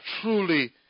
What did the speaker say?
truly